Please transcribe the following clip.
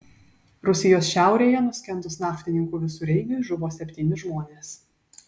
rusijos šiaurėje nuskendus naftininkų visureigiui žuvo septyni žmonės